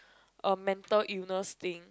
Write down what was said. a mental illness thing